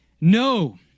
No